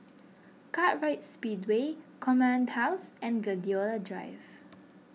Kartright Speedway Command House and Gladiola Drive